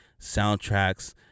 soundtracks